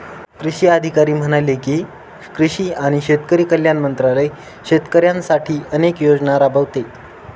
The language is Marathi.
कृषी अधिकारी म्हणाले की, कृषी आणि शेतकरी कल्याण मंत्रालय शेतकऱ्यांसाठी अनेक योजना राबवते